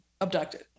abducted